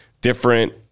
different